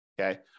Okay